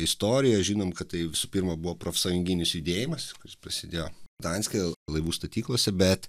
istoriją žinom kad tai visų pirma buvo profsąjunginis judėjimas kuris prasidėjo danske laivų statyklose bet